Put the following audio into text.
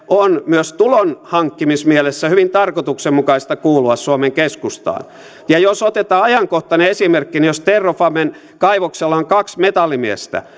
on myös tulonhankkimismielessä hyvin tarkoituksenmukaista kuulua suomen keskustaan ja jos otetaan ajankohtainen esimerkki niin jos terrafamen kaivoksella on kaksi metallimiestä